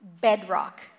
bedrock